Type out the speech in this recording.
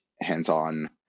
hands-on